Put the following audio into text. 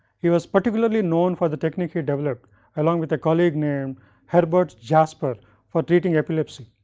he was particularly known for the technique he developed along with a colleague named herbert jasper for treating epilepsy.